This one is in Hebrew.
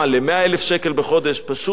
פשוט אומללות שאין כדוגמתה.